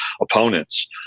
opponents